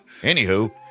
Anywho